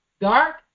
dark